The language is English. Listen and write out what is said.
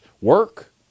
work